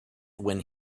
when